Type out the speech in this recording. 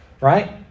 Right